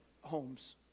homes